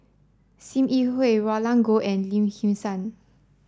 Sim Yi Hui Roland Goh and Lim Kim San